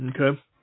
Okay